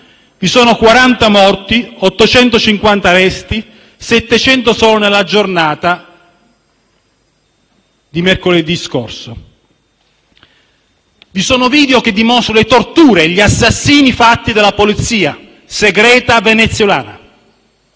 ci sono stati 40 morti, 850 arresti (700 solo nella giornata di mercoledì scorso). Ci sono video che mostrano le torture e gli assassinii perpetrati dalla polizia segreta venezuelana;